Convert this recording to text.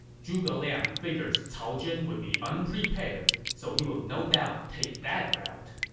zhuge liang figures cao zhen would be unprepared, so he will no doubt take that route.